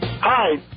Hi